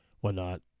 whatnot